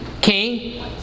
king